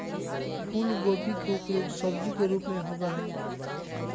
फूलगोभी के उपयोग सब्जी के रूप में होबा हई